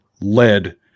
led